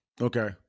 Okay